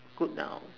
good now